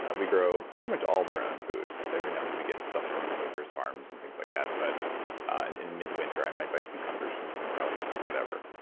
ah we grow pretty much all of our own food. every now and then we get stuff from neighbors' farms and things like that. but and in mid-winter, i might buy cucumbers from somewhere else, whatever.